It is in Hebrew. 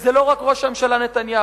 וזה לא רק ראש הממשלה נתניהו.